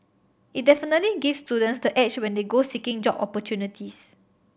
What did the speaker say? it definitely gives students the edge when they go seeking job opportunities